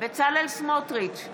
בצלאל סמוטריץ'